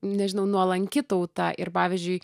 nežinau nuolanki tauta ir pavyzdžiui